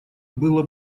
было